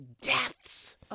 deaths